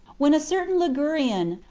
when a certain ligurian,